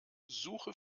suche